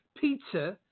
pizza